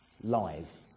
lies